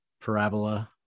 parabola